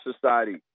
society